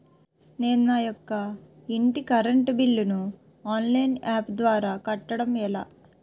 నేను నా యెక్క ఇంటి కరెంట్ బిల్ ను ఆన్లైన్ యాప్ ద్వారా కట్టడం ఎలా?